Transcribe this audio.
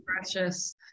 Precious